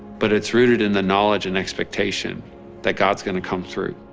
but it's rooted in the knowledge and expectation that god's gonna come through.